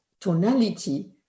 tonality